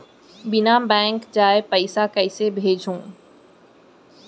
बिना बैंक जाए पइसा कइसे भेजहूँ?